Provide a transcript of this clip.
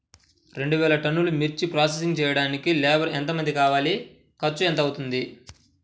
రెండు వేలు టన్నుల మిర్చి ప్రోసెసింగ్ చేయడానికి లేబర్ ఎంతమంది కావాలి, ఖర్చు ఎంత అవుతుంది?